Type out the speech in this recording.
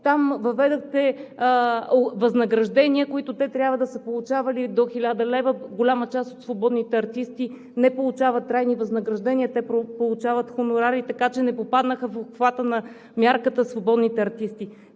въведохте възнаграждения, от които те трябва да са получавали до 1000 лв. Голяма част от свободните артисти не получават трайни възнаграждения, те получават хонорари, така че не попаднаха в обхвата на мярката за свободните артисти.